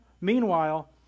Meanwhile